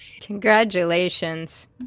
Congratulations